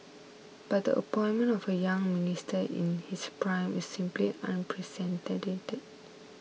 but the appointment of a young Minister in his prime is simply unprecedented